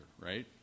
right